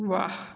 वाह